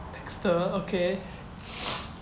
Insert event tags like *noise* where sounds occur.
texter okay *noise*